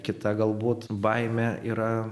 kita galbūt baimė yra